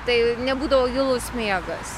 tai nebūdavo gilus miegas